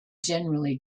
generally